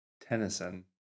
Tennyson